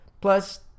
Plus